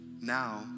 now